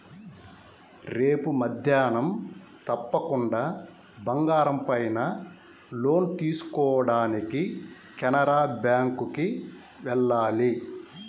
రేపు మద్దేన్నం తప్పకుండా బంగారం పైన లోన్ తీసుకోడానికి కెనరా బ్యేంకుకి వెళ్ళాలి